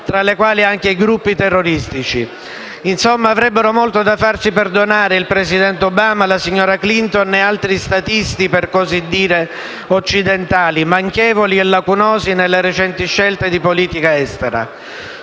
tra le quali anche i gruppi terroristici. Insomma, avrebbero molto da farsi perdonare il presidente Obama, la signora Clinton ed altri "statisti", per così dire, occidentali, manchevoli e lacunosi nelle recenti scelte di politica estera.